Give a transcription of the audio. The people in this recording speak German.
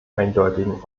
eindeutigen